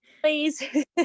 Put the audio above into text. please